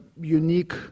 unique